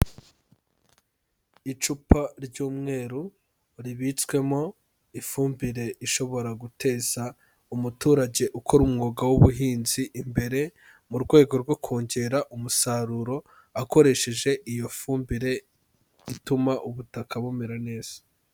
Icupa ry'umweru ribitswemo ifumbire ishobora guteza umuturage ukora umwuga w'ubuhinzi imbere mu rwego rwo kongera umusaruro akoresheje iyo fumbire ituma ubutaka bumera neza.